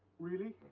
really?